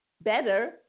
Better